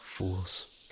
Fools